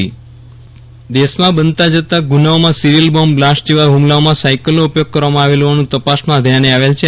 વિરલ રાણા જના વાહનો દશમાં બનતા ગુનાઓમાં સીરાયલ બોમ્બ બ્લાસ્ટ જવા હુમલાઓમાં સાયકલનો ઉપયોગ કરવામાં આવેલ હોવાનું તપાસમાં ઘ્યાને આવેલ છે